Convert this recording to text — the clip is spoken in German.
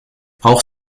auch